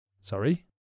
Sorry